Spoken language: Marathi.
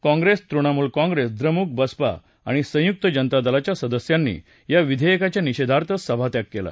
काँप्रेस तृणमूल काँप्रेस द्रमुक बसपा आणि संयुक्त जनता दलाच्या सदस्यांनी या विधेयकाच्या निषेधार्थ सभात्याग केला